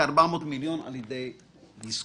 כ-400 מיליון על ידי דיסקונט.